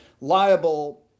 liable